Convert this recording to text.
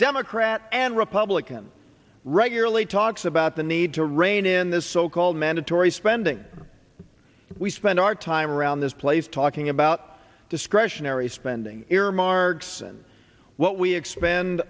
democrat and republican regularly talks about the need to rein in the so called mandatory spending we spend our time around this place talking about discretionary spending earmarks and what we expend